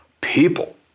people